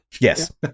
Yes